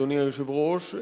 אדוני היושב-ראש,